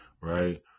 right